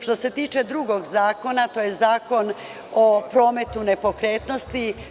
Što se tiče drugog zakona, to je Zakon o prometu nepokretnosti.